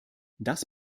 das